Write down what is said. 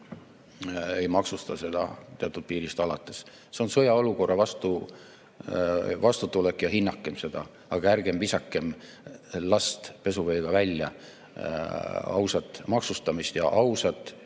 ei maksusta seda teatud piirist alates. See on sõjaolukorra vastutulek. Hinnakem seda. Aga ärgem visakem last pesuveega välja. Ausat maksustamist ja ausat